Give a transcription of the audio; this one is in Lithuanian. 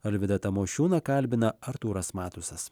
alvydą tamošiūną kalbina artūras matusas